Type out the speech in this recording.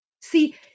See